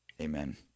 Amen